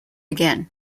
again